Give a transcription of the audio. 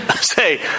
Say